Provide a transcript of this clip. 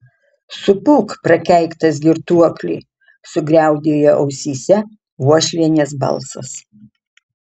supūk prakeiktas girtuokli sugriaudėjo ausyse uošvienės balsas